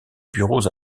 bureaux